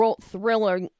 Thriller